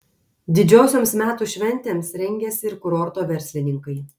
didžiosioms metų šventėms rengiasi ir kurorto verslininkai